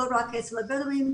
לא רק אצל הבדווים.